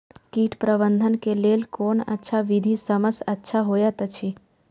कीट प्रबंधन के लेल कोन अच्छा विधि सबसँ अच्छा होयत अछि?